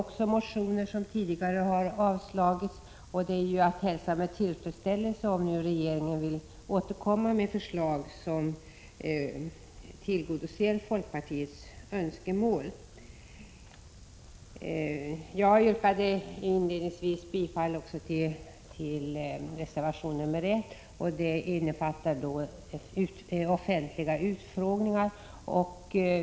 Även den motionen har tidigare avslagits, och det är att hälsa med tillfredsställelse om regeringen nu vill återkomma med förslag som tillgodoser folkpartiets önskemål. Jag yrkade i mitt första anförande bifall till reservation 1 som gäller offentliga utfrågningar.